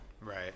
Right